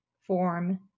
form